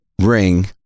ring